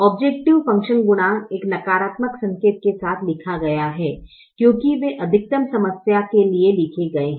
objective function गुणांक एक नकारात्मक संकेत के साथ लिखा गया है क्योंकि वे अधिकतम समस्या के लिए लिखे गए हैं